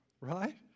right